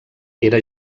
era